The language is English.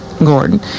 Gordon